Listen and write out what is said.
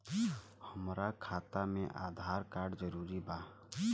हमार खाता में आधार कार्ड जरूरी बा?